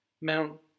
Mount